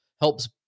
helps